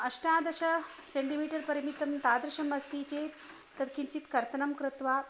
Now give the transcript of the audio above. अष्टादश सेण्टिमीटर् परिमितं तादृशम् अस्ति चेत् तत् किञ्चित् कर्तनं कृत्वा